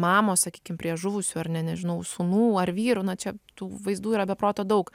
mamos sakykim prie žuvusių ar ne nežinau sūnų ar vyrų na čia tų vaizdų yra be proto daug